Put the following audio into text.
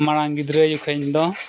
ᱢᱟᱲᱟᱝ ᱜᱤᱫᱽᱨᱟᱹ ᱡᱚᱠᱷᱚᱱ ᱤᱧ ᱫᱚ